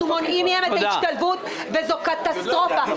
מונעים מהם את ההשתלבות וזו קטסטרופה.